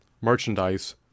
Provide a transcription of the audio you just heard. merchandise